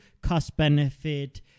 cost-benefit